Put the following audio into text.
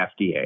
FDA